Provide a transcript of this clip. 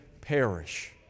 perish